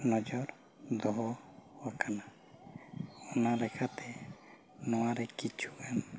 ᱱᱚᱡᱚᱨ ᱫᱚᱦᱚ ᱟᱠᱟᱱᱟ ᱚᱱᱟᱞᱮᱠᱟᱛᱮ ᱱᱚᱣᱟᱨᱮ ᱠᱤᱪᱷᱩᱜᱟᱱ